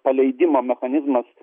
paleidimo mechanizmas